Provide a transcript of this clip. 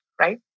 right